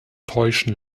täuschen